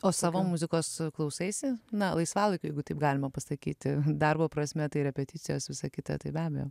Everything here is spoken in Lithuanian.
o savo muzikos klausaisi na laisvalaikiu jeigu taip galima pasakyti darbo prasme tai repeticijos visa kita tai be abejo